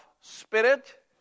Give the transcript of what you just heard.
spirit